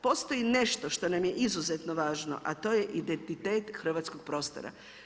Postoji nešto što nam je izuzetno važno a to je identitet hrvatskog prostora.